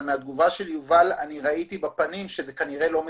אבל מהתגובה של יובל ראיתי שזה כנראה לא מספק.